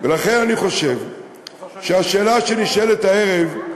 ולכן אני חושב שהשאלה שנשאלת הערב היא